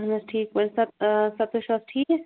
اہن حظ ٹھیٖک پٲٹھۍ سَر سَر تُہۍ چھِو حظ ٹھیٖک